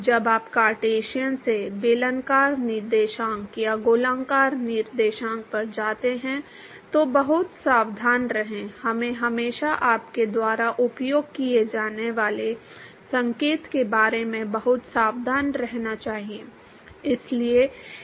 जब आप कार्टेशियन से बेलनाकार निर्देशांक या गोलाकार निर्देशांक पर जाते हैं तो बहुत सावधान रहें हमें हमेशा आपके द्वारा उपयोग किए जाने वाले संकेत के बारे में बहुत सावधान रहना चाहिए